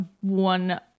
One